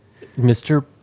Mr